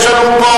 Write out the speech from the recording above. מי